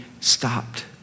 stopped